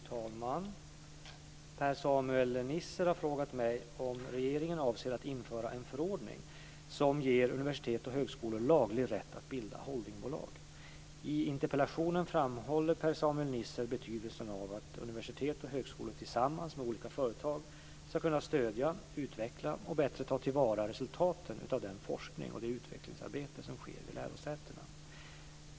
Fru talman! Per-Samuel Nisser har frågat mig om regeringen avser att införa en förordning som ger universitet och högskolor laglig rätt att bilda holdingbolag. I interpellationen framhåller Per-Samuel Nisser betydelsen av att universitet och högskolor tillsammans med olika företag ska kunna stödja, utveckla och bättre ta till vara resultaten av den forskning och det utvecklingsarbete som sker vid lärosätena.